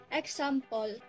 example